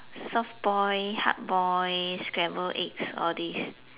soft boil hard boil scrambled eggs all this